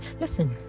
listen